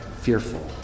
fearful